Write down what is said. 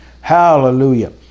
Hallelujah